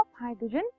hydrogen